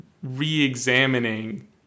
re-examining